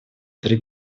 три